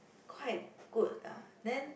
quite good ah then